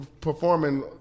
performing